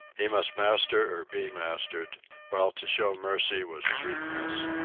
he must master or be mastered while to show mercy was a weakness.